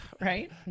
right